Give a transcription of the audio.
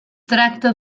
tracta